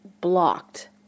blocked